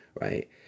right